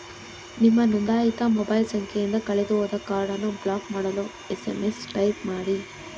ನಿಮ್ಮ ನೊಂದಾಯಿತ ಮೊಬೈಲ್ ಸಂಖ್ಯೆಯಿಂದ ಕಳೆದುಹೋದ ಕಾರ್ಡನ್ನು ಬ್ಲಾಕ್ ಮಾಡಲು ಎಸ್.ಎಂ.ಎಸ್ ಟೈಪ್ ಮಾಡಿ